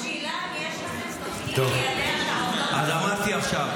השאלה היא אם יש לכם תוכנית ליידע את העובדות --- אז אמרתי עכשיו,